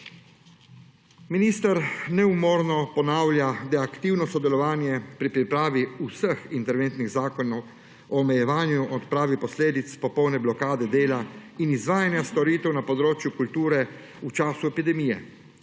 Minister neumorno ponavlja, da je aktivno sodeloval pri pripravi vseh interventnih zakonov o omejevanju odprave posledic popolne blokade dela in izvajanja storitev na področju kulture v času epidemije.